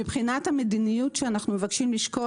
מבחינת המדיניות שאנחנו מבקשים לשקול